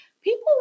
people